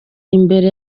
imbere